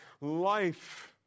life